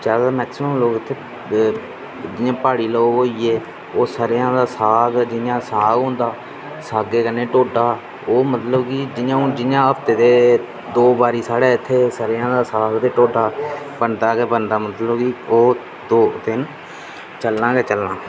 जैदातर मैक्सिमम लोक इत्थै जि'यां प्हाड़ी लोक होई गे ओह् स'रेआं दा साग जि'यां साग होंदा सागै कन्नै ढोड्डा ओह् मतलब कि जि'यां हफ्ते दे दो बारी साढे इत्थै स'रेआं दा साग ते ढोड्डा बनदा गै बनदा मतलब कि ओह् दो दिन चलना गै चलना